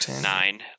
nine